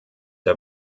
der